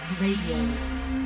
Radio